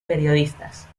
periodistas